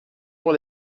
pour